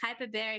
hyperbaric